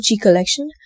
collection